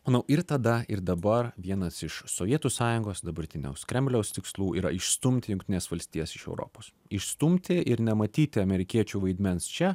manau ir tada ir dabar vienas iš sovietų sąjungos dabartiniaus kremliaus tikslų yra išstumti jungtines valstijas iš europos išstumti ir nematyti amerikiečių vaidmens čia